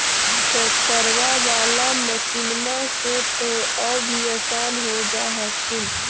ट्रैक्टरबा बाला मसिन्मा से तो औ भी आसन हो जा हखिन?